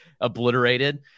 obliterated